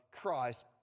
Christ